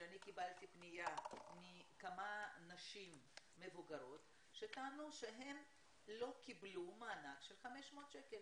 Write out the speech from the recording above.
אני קיבלתי פנייה מכמה נשים מבוגרות שטענו שהן לא קיבלו מענק של 500 שקל